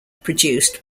produced